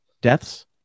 deaths